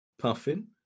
puffin